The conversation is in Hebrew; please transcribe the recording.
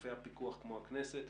גופי הפיקוח כמו הכנסת,